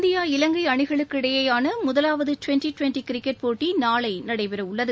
India Ilangai அணிகளுக்கு இடையேயான முதலாவது டிவெண்டி டிவெண்டி கிரிக்கெட் போட்டி நாளை தொடங்குகிறது